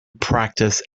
practice